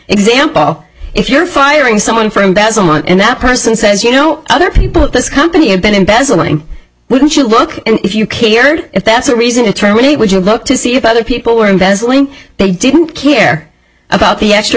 example if you're firing someone for embezzlement and that person says you know other people at this company have been embezzling wouldn't you look if you cared if that's a reason attorney would you look to see if other people were investing they didn't care about the extra